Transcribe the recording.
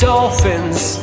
Dolphins